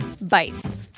bites